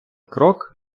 крок